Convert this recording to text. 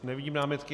Nevidím námitky.